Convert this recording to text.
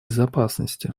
безопасности